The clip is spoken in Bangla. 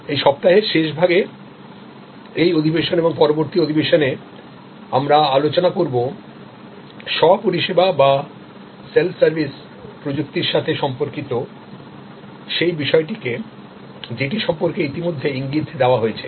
এই সপ্তাহের শেষভাগে এই অধিবেশন এবং পরবর্তী অধিবেশনে আমরা আলোচনা করবস্ব পরিষেবা বা সেল্ফ সার্ভিস প্রযুক্তির সাথে সম্পর্কিত সেই বিষয়টিকে যেটি সম্পর্কে ইতিমধ্যে ইঙ্গিত দেওয়া হয়েছে